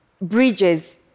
bridges